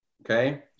Okay